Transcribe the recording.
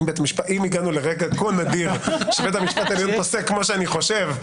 אם הגענו לרגע כה נדיר שבית המשפט העליון פוסק כמו שאני חושב,